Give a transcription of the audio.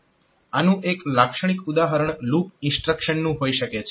આનું એક લાક્ષણિક ઉદાહરણ લૂપ ઇન્સ્ટ્રક્શનનું હોઈ શકે છે